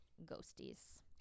ghosties